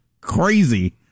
crazy